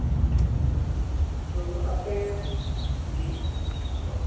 જી ઠીક છે તો આપણે જી જી બોલો